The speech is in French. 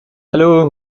allô